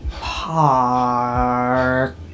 park